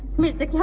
mirza. yeah